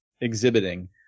exhibiting